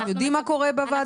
אתם יודעים מה קורה בוועדות?